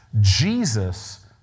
Jesus